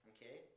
Okay